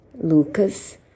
Lucas